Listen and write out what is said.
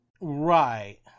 right